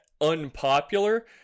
unpopular